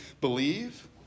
believe